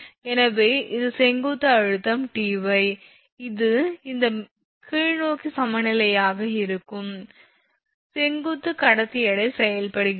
எனவே இது செங்குத்து அழுத்தம் 𝑇𝑦 இது இந்த கீழ்நோக்கி சமநிலையாக இருக்கும் செங்குத்து கடத்தி எடை செயல்படுகிறது